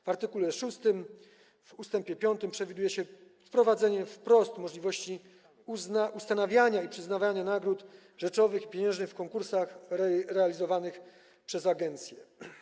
W art. 6 w ust. 5 przewiduje się wprowadzenie wprost możliwości ustanawiania i przyznawania nagród rzeczowych i pieniężnych w konkursach realizowanych przez agencję.